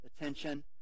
attention